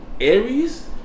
Aries